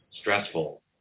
stressful